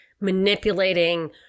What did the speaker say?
manipulating